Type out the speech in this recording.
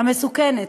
המסוכנת,